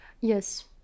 Yes